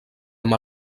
amb